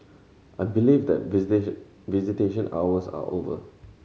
I believe that visitation hours are over